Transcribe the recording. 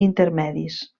intermedis